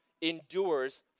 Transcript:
endures